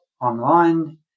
online